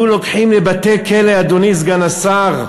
היו לוקחים לבתי-כלא, אדוני סגן השר,